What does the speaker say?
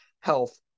health